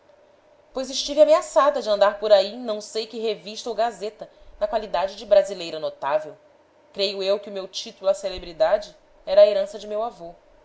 pois estivesse ameaçada de andar por aí em não sei que revista ou gazeta na qualidade de brasileira notável creio eu que o meu título à celebridade era a herança de meu avô